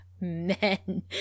men